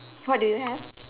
what do you have